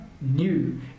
new